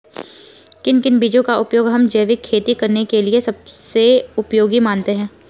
किन किन बीजों का उपयोग हम जैविक खेती करने के लिए सबसे उपयोगी मानते हैं?